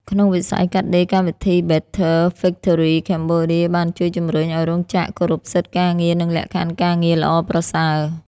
ក្នុងវិស័យកាត់ដេរ កម្មវិធី Better Factories Cambodia បានជួយជំរុញឱ្យរោងចក្រគោរពសិទ្ធិការងារ និងលក្ខខណ្ឌការងារល្អប្រសើរ។